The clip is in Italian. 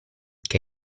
che